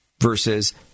versus